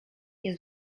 jest